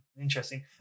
Interesting